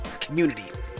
community